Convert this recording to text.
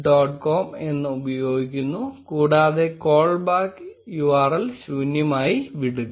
com എന്ന് ഉപയോഗിക്കുന്നു കൂടാതെ കോൾബാക്ക് URL ശൂന്യമായി വിടുക